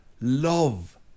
love